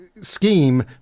scheme